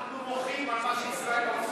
אנחנו מוחים על מה שישראל עושה.